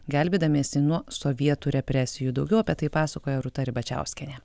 gelbėdamiesi nuo sovietų represijų daugiau apie tai pasakoja rūta ribačiauskienė